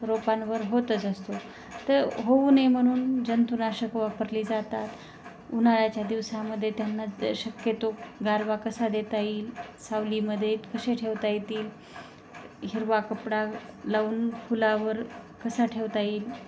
रोपांवर होतच असतो तर होऊ नये म्हणून जंतुनाशक वापरली जातात उन्हाळ्याच्या दिवसामध्ये त्यांना शक्यतो गारवा कसा देता येईल सावलीमध्ये कसे ठेवता येतील हिरवा कपडा लावून फुलावर कसा ठेवता येईल